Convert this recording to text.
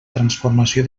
transformació